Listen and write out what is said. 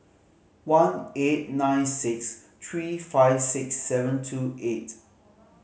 one eight nine six three five six seven two eight